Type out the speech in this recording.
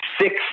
six